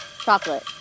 chocolate